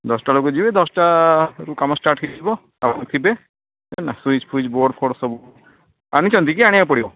ଦଶଟା ବେଳକୁ ଯିବି ଦଶରୁ କାମ ଷ୍ଟାର୍ଟ୍ ହେଇଯିବ ଆପଣ ଥିବେ ନାଁ ସୁଇଚ୍ ଫୁଇଜ୍ ବୋର୍ଡ଼୍ ଫୋଡ଼୍ ସବୁ ଆଣିଛନ୍ତି କି ଆଣିବାକୁ ପଡ଼ିବ